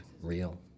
real